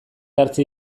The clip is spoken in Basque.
hartzea